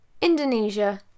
Indonesia